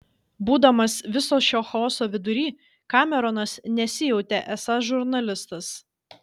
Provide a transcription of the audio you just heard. būdamas viso šio chaoso vidury kameronas nesijautė esąs žurnalistas